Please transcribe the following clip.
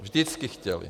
Vždycky chtěli.